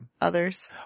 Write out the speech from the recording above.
others